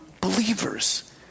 believers